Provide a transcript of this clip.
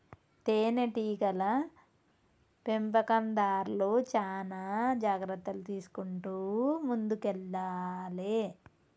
తేనె టీగల పెంపకందార్లు చానా జాగ్రత్తలు తీసుకుంటూ ముందుకెల్లాలే